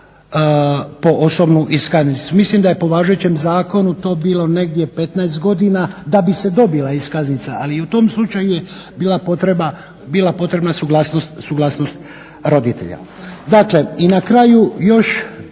po osobnu iskaznicu. Mislim da je po važećem zakonu to bilo negdje 15 godina da bi se dobila iskaznica, ali u tom slučaju je bila potrebna suglasnost roditelja. Dakle, i na kraju još